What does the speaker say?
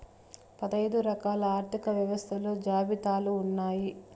పదైదు రకాల ఆర్థిక వ్యవస్థలు జాబితాలు ఉన్నాయి